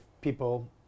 people